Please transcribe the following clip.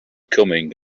coming